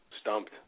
stumped